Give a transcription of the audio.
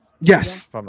Yes